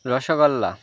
rasgulla